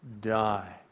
die